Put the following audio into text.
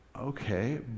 okay